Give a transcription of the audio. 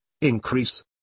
increase